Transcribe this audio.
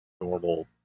normal